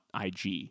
IG